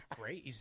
great